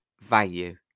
value